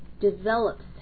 develops